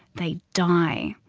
they die.